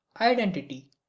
identity